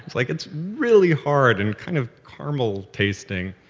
like, it's really hard and kind of caramel tasting.